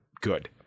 good